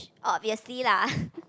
obviously lah